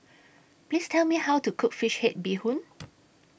Please Tell Me How to Cook Fish Head Bee Hoon